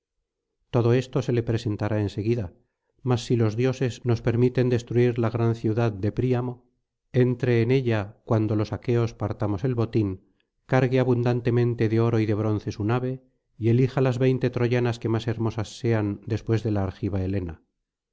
todo esto se le presentará en seguida mas si los dioses nos permiten destruir la gran ciudad de príamo entre en ella cuando los aqueos partamos el botín cargue abundantemente de oro y de bronce su nave y elija las veinte troyanas que más hermosas sean después de la argiva helena